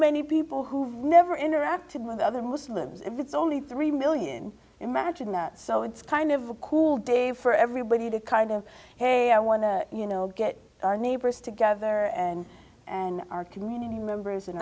many people who've never interacted with other muslims it's only three million imagine that so it's kind of a cool day for everybody to kind of hey i want to you know get our neighbors together and and our community members and